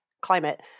climate